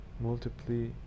multiply